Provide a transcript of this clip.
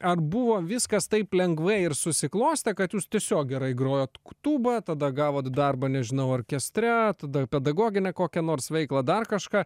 ar buvo viskas taip lengvai ir susiklostę kad jūs tiesiog gerai grojot tūba tada gavot darbą nežinau orkestre tada pedagoginę kokią nors veiklą dar kažką